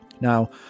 Now